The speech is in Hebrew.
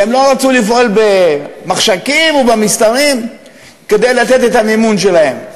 והן לא רצו לפעול במחשכים ובמסתרים כדי לתת את המימון שלהן.